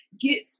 get